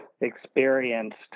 experienced